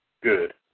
good